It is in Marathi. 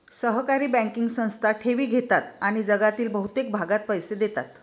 सहकारी बँकिंग संस्था ठेवी घेतात आणि जगातील बहुतेक भागात पैसे देतात